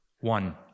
one